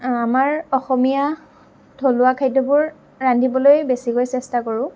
আমাৰ অসমীয়া থলুৱা খাদ্যবোৰ ৰান্ধিবলৈ বেছিকৈ চেষ্টা কৰোঁ